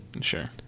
Sure